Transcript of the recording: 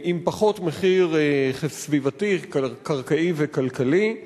עם פחות מחיר סביבתי, קרקעי וכלכלי,